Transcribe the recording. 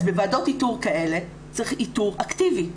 אז בוועדות איתור כאלה צריך איתור אקטיבי.